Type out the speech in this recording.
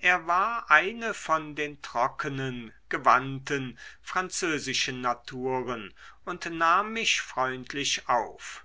er war eine von den trockenen gewandten französischen naturen und nahm mich freundlich auf